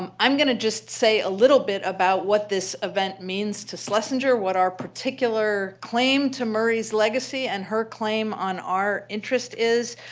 um i'm going to just say a little bit about what this event means to schlesinger, what our particular claim to murray's legacy and her claim on our interest is,